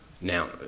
Now